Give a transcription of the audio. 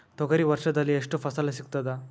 ತೊಗರಿ ವರ್ಷದಲ್ಲಿ ಎಷ್ಟು ಫಸಲ ಸಿಗತದ?